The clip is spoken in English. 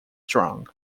strong